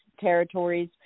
territories